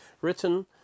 written